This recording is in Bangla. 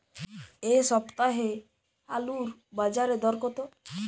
এ সপ্তাহে আলুর বাজারে দর কত?